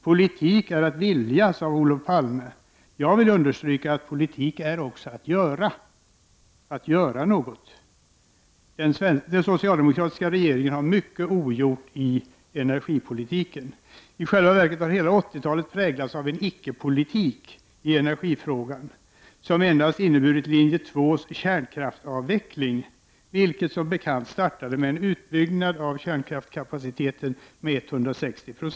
”Politik är att vilja”, sade Olof Palme. Men jag vill understryka att politik också är att göra. Den socialdemokratiska regeringen har mycket ogjort i energipolitiken. I själva verket har hela 80-talet präglats av en icke-politik i energifrågan och endast inneburit ”kärnkraftsavveckling” enligt linje 2, vilken som bekant startade med en utbyggnad av kärnkraftskapaciteten med 160 96.